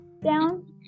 down